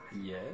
yes